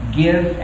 give